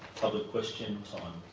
public question time.